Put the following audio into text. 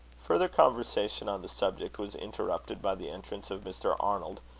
further conversation on the subject was interrupted by the entrance of mr. arnold,